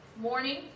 morning